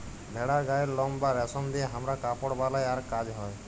ভেড়ার গায়ের লম বা রেশম দিয়ে হামরা কাপড় বালাই আর কাজ হ্য়